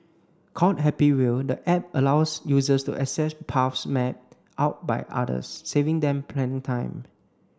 called Happy Wheel the app allows users to access paths mapped out by others saving them planning time